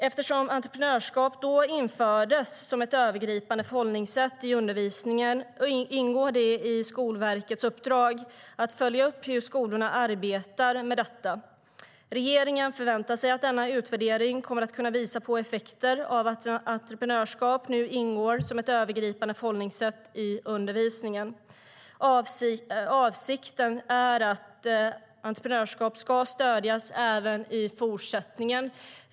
Eftersom entreprenörskap då infördes som ett övergripande förhållningssätt i undervisningen ingår det i Skolverkets uppdrag att följa upp hur skolorna arbetar med detta. Regeringen förväntar sig att denna utvärdering kommer att kunna visa på effekter av att entreprenörskap nu ingår som ett övergripande förhållningssätt i undervisningen. Avsikten är att entreprenörskap i gymnasieskolan ska stödjas även i fortsättningen.